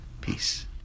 Peace